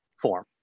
form